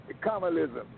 communism